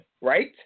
Right